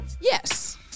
yes